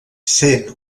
sent